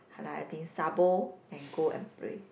I like I being sabo and go and pray